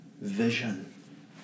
vision